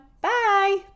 bye